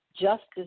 Justice